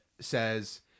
says